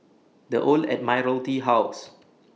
The Old Admiralty House